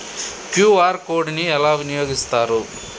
QR code ని ఎలా వినియోగిస్తారు?